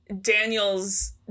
Daniel's